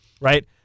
right